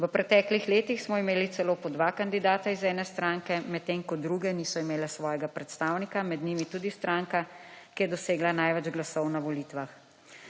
V preteklih letih smo imeli celo po dva kandidata iz ene stranke, medtem ko druge niso imele svojega predstavnika, med njimi tudi stranka, ki je dosegla največ glasov na volitvah.